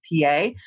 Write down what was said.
PA